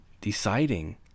deciding